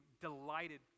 delighted